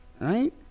right